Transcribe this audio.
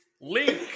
Link